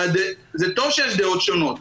זה טוב שיש דעות שונות,